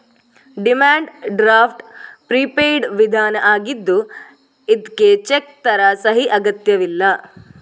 demand draft prepaid ವಿಧಾನ ಆಗಿದ್ದು ಇದ್ಕೆ ಚೆಕ್ ತರ ಸಹಿ ಅಗತ್ಯವಿಲ್ಲ